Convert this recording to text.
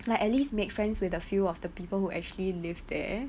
like at least make friends with a few of the people who actually live there